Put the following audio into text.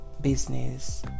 business